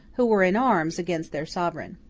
who were in arms against their sovereign.